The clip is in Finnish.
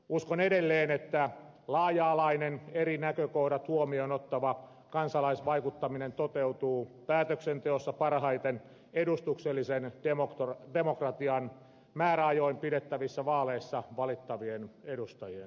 uskon edelleen että laaja alainen eri näkökohdat huomioon ottava kansalaisvaikuttaminen toteutuu päätöksenteossa parhaiten edustuksellisen demokratian määräajoin pidettävissä vaaleissa valittavien edustajien kautta